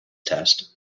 test